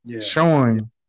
showing